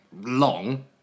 long